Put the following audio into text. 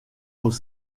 aux